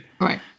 Right